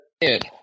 dude